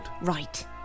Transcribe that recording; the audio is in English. Right